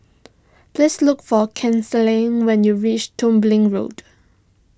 please look for Kinsley when you reach Dublin Road